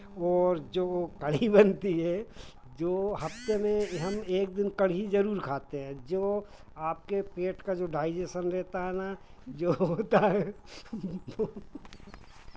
और जो कढ़ी बनती है जो हफ्ते में ये हम एक दिन कढ़ी ज़रूर खाते हैं जो आपके पेट का जो डाइजेशन रहता है ना जो होता है वो